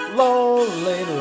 lonely